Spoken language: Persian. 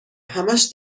همش